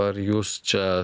ar jūs čia